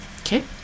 Okay